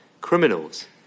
criminals